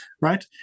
right